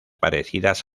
parecidas